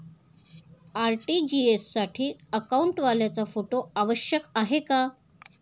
RTGS साठी अकाउंटवाल्याचा photo आवश्यक आहे का?